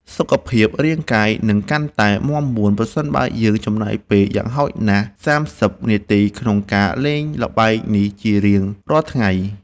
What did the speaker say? សុខភាពរាងកាយនឹងកាន់តែមាំមួនប្រសិនបើយើងចំណាយពេលយ៉ាងហោចណាស់សាមសិបនាទីក្នុងការលេងល្បែងនេះជារៀងរាល់ថ្ងៃ។